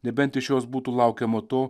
nebent iš jos būtų laukiama to